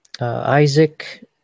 Isaac